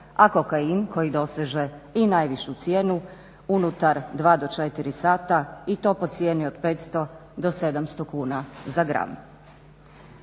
a kokain koji doseže i najvišu cijenu unutar 2 do 4 sata i to po cijeni od 500 do 700 kuna za gram.